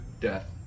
death